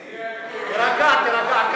תירגע, תירגע.